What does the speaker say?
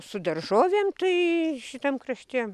su daržovėm tai šitam krašte